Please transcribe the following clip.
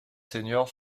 seniors